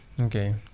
Okay